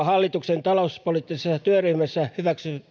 hallituksen talouspoliittisessa työryhmässä hyväksymästä